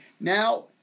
Now